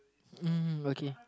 uh okay